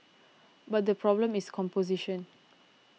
but the problem is composition